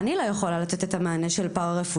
אני לא יכולה לתת את המענה של פארא-רפואית,